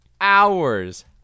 hours